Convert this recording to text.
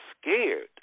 scared